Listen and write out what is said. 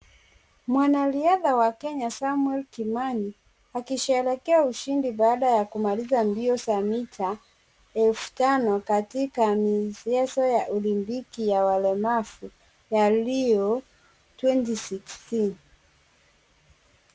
Mwanariadha wa kenya samuel kimani akisherehekea ushindi baada ya kumaliza mbio za mita elfu tano katika michezo ya olimpiki ya walemavu ya Rio 2016.